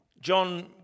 John